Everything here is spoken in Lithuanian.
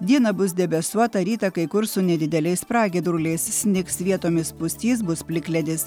dieną bus debesuota rytą kai kur su nedideliais pragiedruliais snigs vietomis pustys bus plikledis